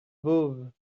voves